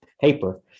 paper